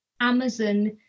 Amazon